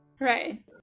Right